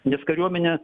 nes kariuomenė